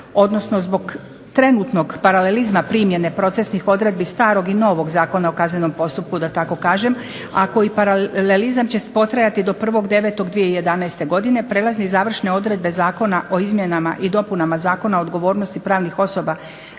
odnosno zbog trenutnog paralelizma primjene procesnih odredbi starog i novog Zakona o kaznenom postupku, da tako kažem, a koji paralelizam će potrajati do 01.09.2011. godine prelazne i završne odredbe Zakona o izmjenama i dopunama Zakona o odgovornosti pravnih osoba